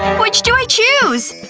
which do i choose?